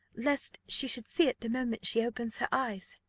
lest she should see it the moment she opens her eyes?